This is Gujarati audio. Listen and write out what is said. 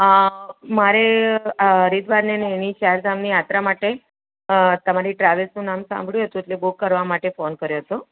મારે છે ચાર ધામની યાત્રા માટે તમારી ટ્રાવેલ્સનું નામ સાંભળ્યું હતું એટલે બૂક કરવા માટે કોલ કર્યો તો